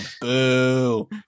Boo